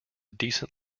decent